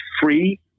free